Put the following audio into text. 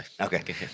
Okay